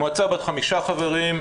מועצה בת חמישה חברים,